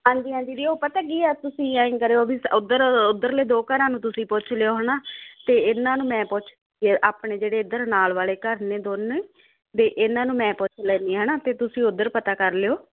ਹਾਂਜੀ ਹਾਂਜੀ ਦੀ ਉਹ ਪਤਾ ਕੀ ਆ ਤੁਸੀਂ ਐ ਕਰਿਓ ਵੀ ਉਧਰ ਉਧਰਲੇ ਦੋ ਘਰਾਂ ਨੂੰ ਤੁਸੀਂ ਪੁੱਛ ਲਿਓ ਹਨਾ ਤੇ ਇਹਨਾਂ ਨੂੰ ਮੈਂ ਪੁੱਛ ਆਪਣੇ ਜਿਹੜੇ ਇਧਰ ਨਾਲ ਵਾਲੇ ਘਰ ਨੇ ਦੋਨੇ ਤੇ ਇਹਨਾਂ ਨੂੰ ਮੈਂ ਪੁੱਛ ਲੈਦੀ ਆ ਹਨਾ ਤੇ ਤੁਸੀਂ ਉਧਰ ਪਤਾ ਕਰ ਲਿਓ